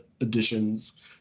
additions